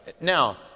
Now